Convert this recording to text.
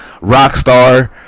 rockstar